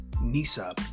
Nisa